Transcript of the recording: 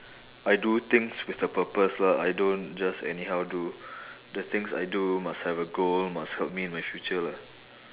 I do things with a purpose lah I don't just anyhow do the things I do must have a goal must help me with my future lah